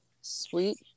Sweet